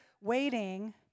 waiting